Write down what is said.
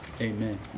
amen